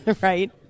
Right